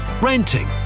renting